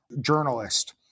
journalist